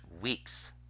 weeks